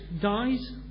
dies